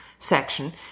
section